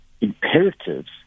imperatives